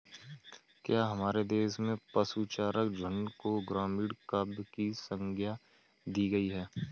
क्या हमारे देश में पशुचारक झुंड को ग्रामीण काव्य की संज्ञा दी गई है?